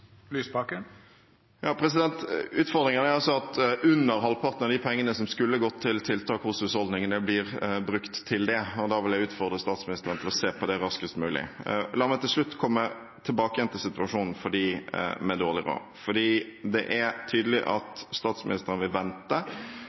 de pengene som skulle gått til tiltak i husholdningene, blir brukt til det, og jeg vil utfordre statsministeren til å se på det raskest mulig. La meg til slutt komme tilbake til situasjonen for dem med dårlig råd, for det er tydelig at statsministeren vil vente.